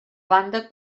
banda